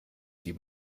die